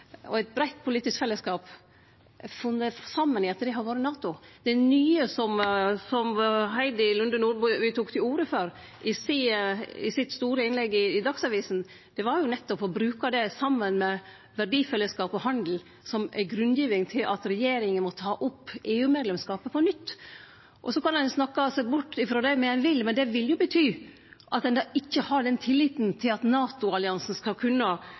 og eit breitt politisk fellesskap funne saman ved at dei har vore i NATO. Det nye som Heidi Nordby Lunde tok til orde for i det store innlegget i Dagsavisen, var nettopp å bruke det saman med verdifellesskap og handel som ei grunngjeving for at regjeringa må ta opp medlemskap i EU på nytt. Så kan ein snakke seg bort frå det, men det vil bety at ein ikkje har den tilliten til at NATO-alliansen skal